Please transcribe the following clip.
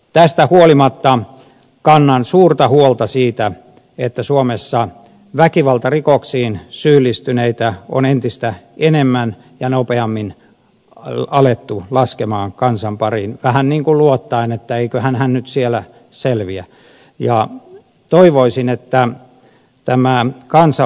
tästä huolimatta kannan suurta huolta siitä että suomessa väkivaltarikoksiin syyllistyneitä on entistä enemmän ja nopeammin alettu laskea kansan pariin vähän niin kuin luottaen että eiköhän hän nyt siellä selviä ja toivoisin että tämän kansan